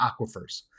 aquifers